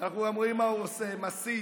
אנחנו גם רואים מה הוא עושה, מסית,